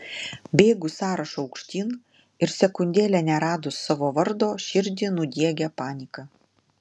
bėgu sąrašu aukštyn ir sekundėlę neradus savo vardo širdį nudiegia panika